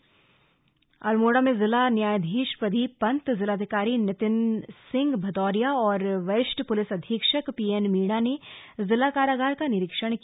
जिला कारागार निरीक्षण अल्मोड़ा में जिला न्यायाधीश प्रदीप पंत जिलाधिकारी नितिन सिंह भदौरिया और वरिष्ठ पुलिस अधीक्षक पीएन मीणा ने जिला कारागार का निरीक्षण किया